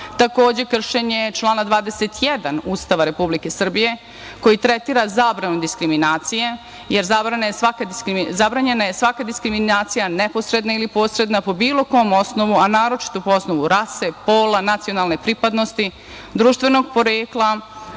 kršenje člana 21. Ustava Republike Srbije koji tretira zabranu diskriminacije jer zabranjena je svaka diskriminacija neposredna ili posredna po bilo kom osnovu, a naročito po osnovu rase, pola, nacionalne pripadnosti, društvenog porekla,